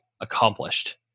accomplished